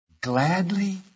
gladly